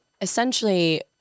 essentially